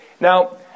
Now